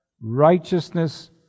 righteousness